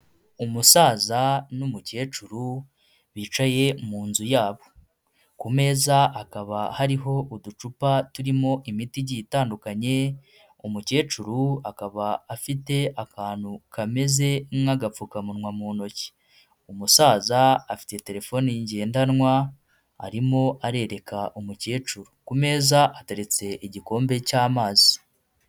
Umusaza n'umukecuru bicaye mu nzu yabo. Ku meza hakaba hariho uducupa turimo imiti igiye itandukanye, umukecuru akaba afite akantu kameze nk'agapfukamunwa mu ntoki. Umusaza afite telefone ngendanwa, arimo arereka umukecuru. Ku meza hateretse igikombe cy'amazi.